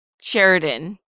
Sheridan